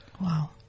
Wow